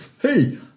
hey